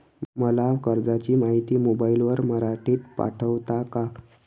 मला कर्जाची माहिती मोबाईलवर मराठीत पाठवता का?